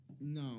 No